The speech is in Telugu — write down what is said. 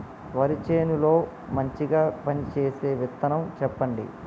వరి చేను లో మంచిగా పనిచేసే విత్తనం చెప్పండి?